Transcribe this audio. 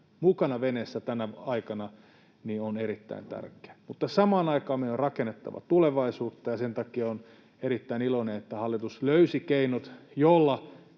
mukana veneessä tänä aikana, on erittäin tärkeää. Samaan aikaan meidän on rakennettava tulevaisuutta, ja sen takia olen erittäin iloinen, että hallitus löysi keinot, joilla